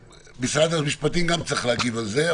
משרד המשפטים גם צריך להגיב על זה,